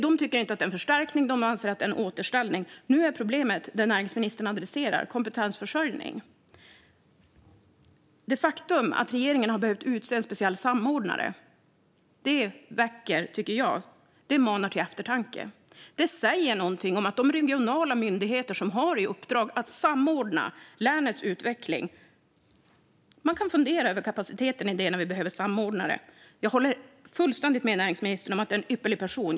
De tycker inte att det är en förstärkning, utan de anser att det är en återställning. Nu är problemet det som näringsministern adresserar, nämligen kompetensförsörjningen. Det faktum att regeringen har behövt utse en speciell samordnare tycker jag manar till eftertanke. Att vi behöver en samordnare säger någonting om kapaciteten hos de regionala myndigheter som har i uppdrag att samordna länets utveckling. Jag håller fullständigt med näringsministern om att det är en ypperlig person.